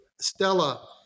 Stella